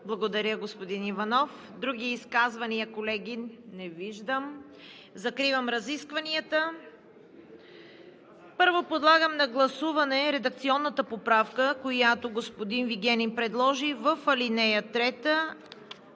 Благодаря, господин Иванов. Други изказвания, колеги? Не виждам. Закривам разискванията. Подлагам на гласуване редакционната поправка на ал. 3, която господин Вигенин предложи – срокът „ три